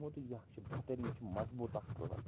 تِمو دوٚپ یہِ چھُ بہتریٖن یہِ چھُ مضبوٗط اکھ پرٛوڈَکٹہٕ